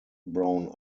brown